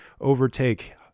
overtake